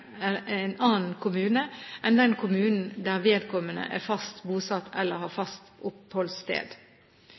annen kommune enn den kommunen der vedkommende er fast bosatt eller har fast